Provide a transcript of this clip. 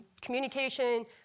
communication